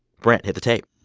brent, hit the tape